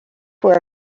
for